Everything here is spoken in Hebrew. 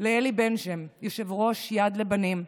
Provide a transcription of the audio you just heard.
לאלי בן שם, יושב-ראש יד לבנים,